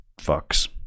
fucks